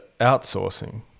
outsourcing